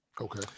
Okay